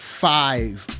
five